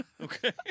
Okay